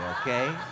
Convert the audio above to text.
okay